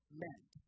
meant